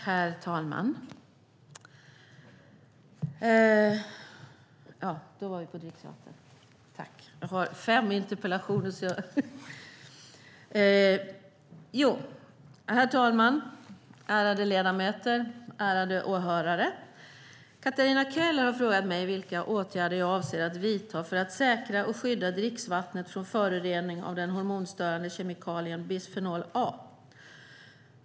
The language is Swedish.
Herr talman! Ärade ledamöter och åhörare! Katarina Köhler har frågat mig vilka åtgärder jag avser att vidta för att säkra och skydda dricksvattnet från förorening av den hormonstörande kemikalien bisfenol A.